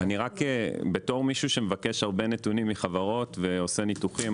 בתור מישהו שמבקש הרבה נתונים מחברות ועושה ניתוחים,